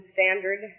Standard